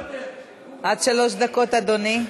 עד שלוש דקות, אדוני.